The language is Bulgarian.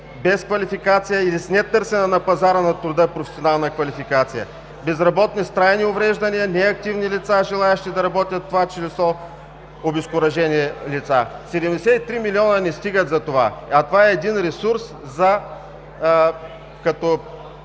без квалификация или с нетърсена на пазара на труда професионална квалификация. Безработни с трайни увреждания, неактивни лица, желаещи да работят, в това число обезкуражени лица. 73 милиона не стигат за това, а това е ресурс –